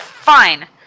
Fine